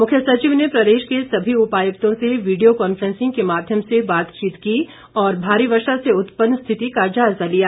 मुख्य सचिव ने प्रदेश के सभी उपायुक्तों से वीडियों कान्फ्रेंसिंग के माध्यम से बातचीत की और भारी वर्षा से उत्पन्न स्थिति का जायजा लिया